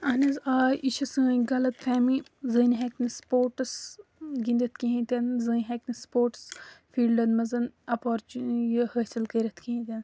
اہن حظ آ یہِ چھِ سٲنۍ غلط فہمی زٔنۍ ہیٚکہِ نہٕ سٕپورٹٕس گِنٛدِتھ کِہیٖنۍ تہِ نہٕ زٔنۍ ہیٚکہِ نہٕ سٕپورٹٕس فیٖلڈن منٛز اپرچُن یہِ حٲصِل کٔرِتھ کِہیٖنۍ تہِ نہٕ